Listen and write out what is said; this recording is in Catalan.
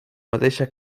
mateixa